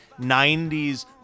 90s